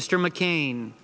mr mccain